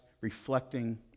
reflecting